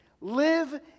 Live